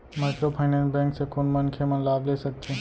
Microfinance bank से कोन मनखे मन लाभ ले सकथे?